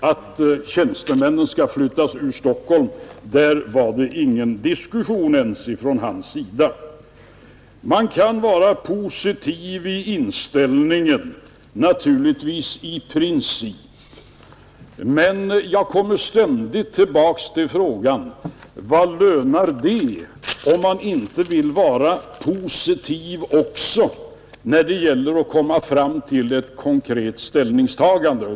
Att tjänstemännen skall flyttas från Stockholm var det för honom inte ens någon diskussion om. Man kan naturligtvis i princip vara positiv i inställningen, men jag kommer ständigt tillbaka till frågan: Vad båtar det om man inte vill vara positiv också när det gäller att komma fram till ett konkret ställningstagande?